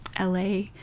LA